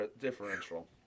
differential